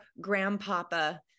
grandpapa